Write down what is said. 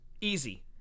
easy